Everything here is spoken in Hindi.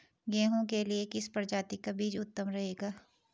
गेहूँ के लिए किस प्रजाति का बीज उत्तम रहेगा?